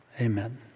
Amen